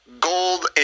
gold